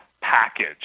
package